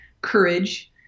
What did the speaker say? courage